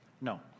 No